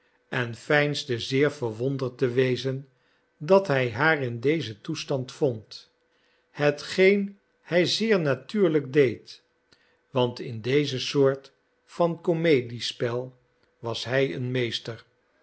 en veinsde zeer verwonderd te wezen dat hij haar in dezen toestand vond hetgeen hij zeer natuurlijk deed want in deze soort van komediespel was hij een meester